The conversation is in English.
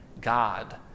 God